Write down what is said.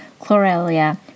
chlorelia